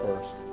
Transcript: first